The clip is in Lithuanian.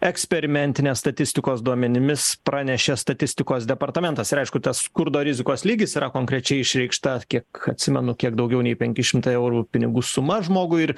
eksperimentinės statistikos duomenimis pranešė statistikos departamentas ir aišku tas skurdo rizikos lygis yra konkrečiai išreikštas kiek atsimenu kiek daugiau nei penki šimtai eurų pinigų suma žmogui ir